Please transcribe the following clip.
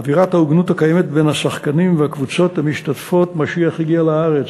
"אווירת ההוגנות הקיימת בין השחקנים והקבוצות המשתתפות" משיח הגיע לארץ.